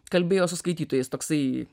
kalbėjo su skaitytojais toksai